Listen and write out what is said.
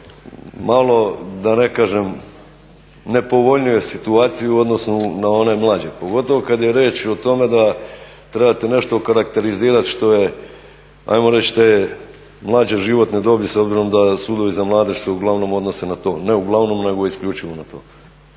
u malo, da ne kažem, nepovoljnijoj situaciji u odnosu na one mlađe. Pogotovo kad je riječ o tome da trebate nešto okarakterizirati što je, ajmo reći, što je mlađe životne dobi s obzirom da sudovi za mladež se uglavnom odnose na to, nego uglavnom, nego isključivo na to.